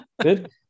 good